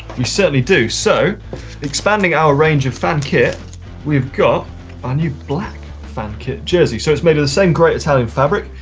we certainly do. so expanding our range of fan kit we've our new black fan kit jersey. so it's made of the same great italian fabric,